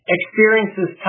experiences